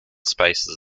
spaces